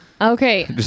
Okay